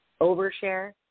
overshare